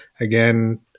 again